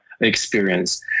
experience